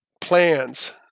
plans